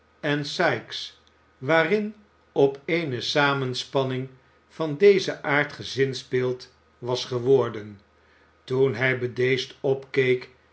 en sikes waarin op eene samenspanning van dezen aard gezinspeeld was geworden toen hij bedeesd opkeek